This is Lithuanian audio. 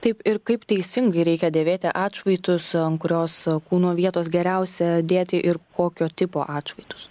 taip ir kaip teisingai reikia dėvėti atšvaitus ant kurios kūno vietos geriausia dėti ir kokio tipo atšvaitus